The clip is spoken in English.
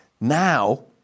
Now